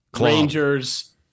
Rangers